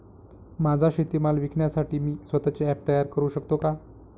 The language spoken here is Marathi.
माझा शेतीमाल विकण्यासाठी मी स्वत:चे ॲप तयार करु शकतो का?